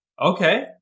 okay